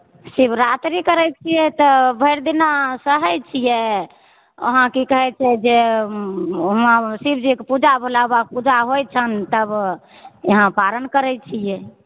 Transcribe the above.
शिवरात्रि करै छियै तऽ भरि दिना सहै छियै ओहां कि कहै छै जे हुआं शिवजीके पूजा भोला बाबाके पूजा होइ छनि तब यहाॅं पारन करै छियै